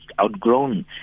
outgrown